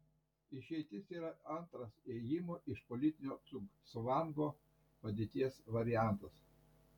išeitis yra antras ėjimo iš politinio cugcvango padėties variantas